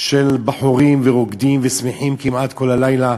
של בחורים, ורוקדים ושמחים כמעט כל הלילה.